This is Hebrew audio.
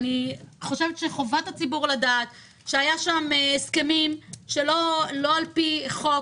אני חושבת שחובת הציבור לדעת שהיו שם הסכמים שלא על פי חוק,